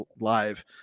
live